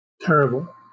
Terrible